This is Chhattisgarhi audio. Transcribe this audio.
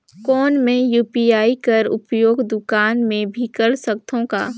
कौन मै यू.पी.आई कर उपयोग दुकान मे भी कर सकथव का?